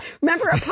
Remember